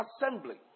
assembly